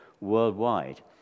worldwide